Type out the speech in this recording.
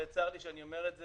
וצר לי שאני אומר את זה,